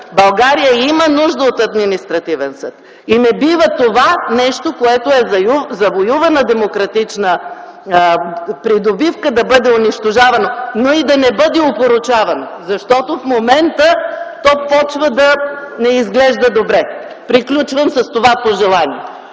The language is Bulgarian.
България има нужда от Административен съд и не бива това нещо, което е завоювана демократична придобивка, да бъде унищожавано, но и да не бъде опорочавано, защото в момента започва да не изглежда добре. Приключвам с това пожелание.